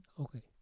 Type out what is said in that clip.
Okay